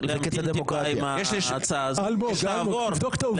אלמוג, תבדוק את העובדות.